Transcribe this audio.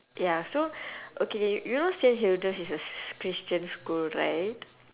ya so okay you know saint hilda is a s~ christian school right